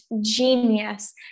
genius